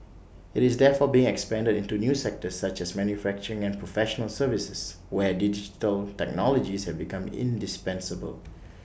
IT is therefore being expanded into new sectors such as manufacturing and professional services where digital technologies have become indispensable